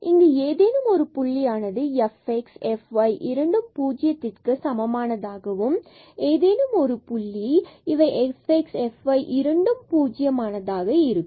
இங்கு ஏதேனும் ஒரு புள்ளியானது fx and fy இரண்டும் பூஜ்ஜியத்திற்க்கு சமம் ஆனதாகவும் மற்றும் ஏதேனும் ஒரு புள்ளி இவை fx and fy இரண்டும் பூஜ்ஜியமாக இருக்கும்